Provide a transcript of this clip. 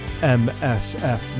MSF